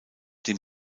dem